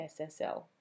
SSL